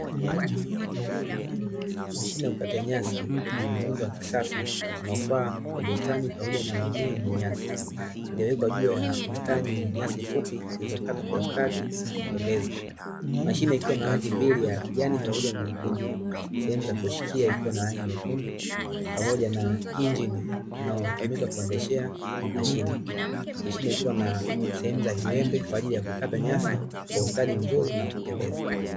Mashine ya kukatia nyasi yenye muundo wa kisasa inayofaa kwa bustani pamoja na maeneo yenye nyasi, iliyowekwa juu ya bustani yenye nyasi fupi zilizokatwa kwa ustadi na kupendeza. Mashine ikiwa na rangi mbili, ya kijani pamoja na nyekundu, sehemu za kushikia rangi nyekundu pamoja na injini inayotumika kuendeshea mashine. Mashine ikiwa na sehemu za viwembe kwa ajili ya kukatia nyasi, kwa ustadi na wa kupendeza.